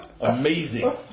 Amazing